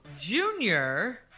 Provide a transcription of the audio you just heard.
junior